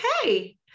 Okay